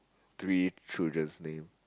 three childrens name